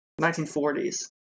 1940s